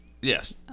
Yes